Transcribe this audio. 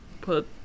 Put